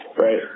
right